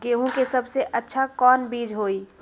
गेंहू के सबसे अच्छा कौन बीज होई?